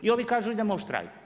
I ovi kažu idemo u štrajk.